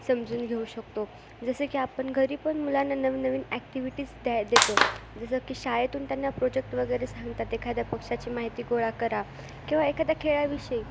समजून घेऊ शकतो जसं की आपण घरी पण मुलांना नवीन नवीन ॲक्टिव्हिटीज द्या देतो जसं की शाळेतून त्यांना प्रोजेक्ट वगैरे सांगतात एखाद्या पक्ष्याची माहिती गोळा करा किंवा एखाद्या खेळाविषयी